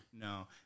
No